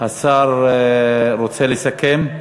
השר רוצה לסכם?